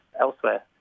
elsewhere